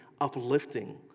uplifting